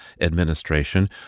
administration